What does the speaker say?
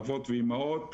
אבות ואימהות,